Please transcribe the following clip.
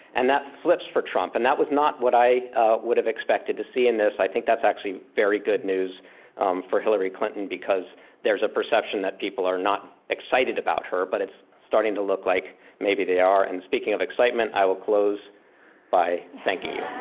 and that flips for trump. and that was not what i would have expected to see in this. i think that's actually very good news for hillary clinton because there's a perception that people are not excited about her, but it's starting to look like maybe they are. and speaking of excitement, i will close by thanking you.